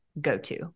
go-to